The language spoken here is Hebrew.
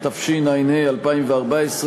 התשע"ה 2014,